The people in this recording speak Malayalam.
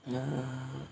ഞാന്